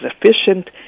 efficient